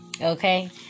Okay